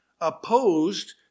opposed